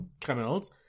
criminals